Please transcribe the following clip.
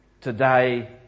Today